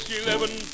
eleven